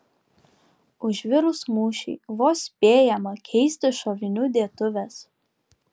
užvirus mūšiui vos spėjama keisti šovinių dėtuves